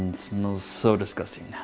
and smells so disgusting.